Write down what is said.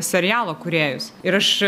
serialo kūrėjus ir aš